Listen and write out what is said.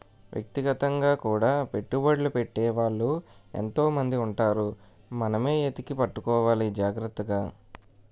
వ్యక్తిగతంగా కూడా పెట్టుబడ్లు పెట్టే వాళ్ళు ఎంతో మంది ఉంటారు మనమే ఎతికి పట్టుకోవాలి జాగ్రత్తగా